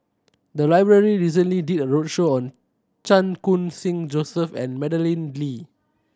the library recently did a roadshow on Chan Khun Sing Joseph and Madeleine Lee